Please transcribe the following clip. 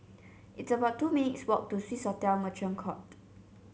it's about two minutes' walk to Swissotel Merchant Court